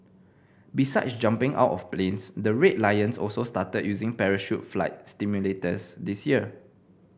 besides jumping out of planes the Red Lions also started using parachute flight simulators this year